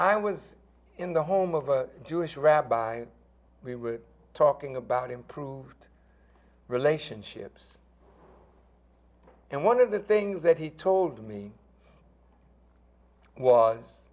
i was in the home of a jewish rabbi we were talking about improved relationships and one of the things that he told me was